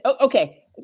Okay